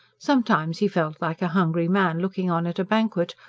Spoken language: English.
sometimes he felt like a hungry man looking on at a banquet,